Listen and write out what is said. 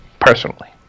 personally